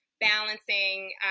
balancing